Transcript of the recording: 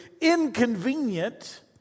inconvenient